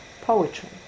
poetry